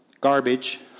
garbage